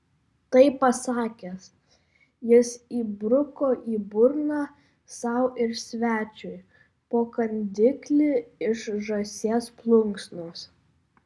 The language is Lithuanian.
tai pasakęs jis įbruko į burną sau ir svečiui po kandiklį iš žąsies plunksnos